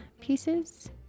pieces